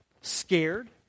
scared